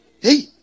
hey